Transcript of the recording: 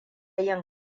yin